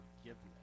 forgiveness